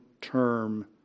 term